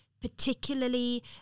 particularly